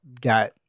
got